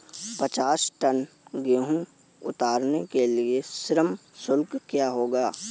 पचास टन गेहूँ उतारने के लिए श्रम शुल्क क्या होगा?